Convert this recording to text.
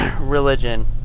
religion